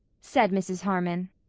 said mrs. harmon.